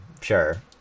sure